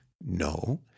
No